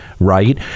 Right